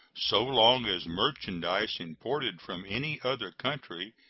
so long as merchandise imported from any other country,